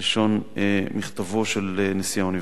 לשון מכתבו של נשיא האוניברסיטה.